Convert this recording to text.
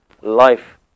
life